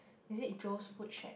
is it Joe's food shack